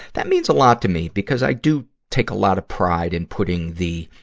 that means a lot to me, because i do take a lot of pride in putting the,